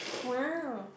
!wow!